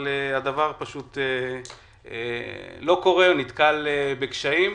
הדבר פשוט לא קורה או נתקל בקשיים.